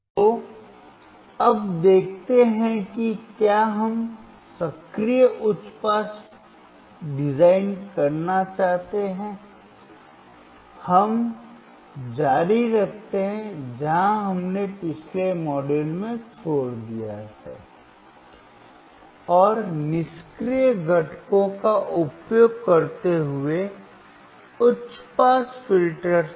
तो अब देखते हैं कि क्या हम सक्रिय उच्च पास डिजाइन करना चाहते हैं हम जारी रखते हैं जहां हमने पिछले मॉड्यूल में छोड़ दिया है और निष्क्रिय घटकों का उपयोग करते हुए उच्च पास फिल्टर था